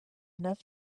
enough